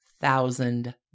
thousand